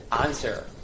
answer